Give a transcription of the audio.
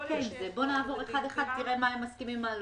יכול להיות --- בוא נעבור אחד-אחד ותראה מה הם מסכימים ומה לא,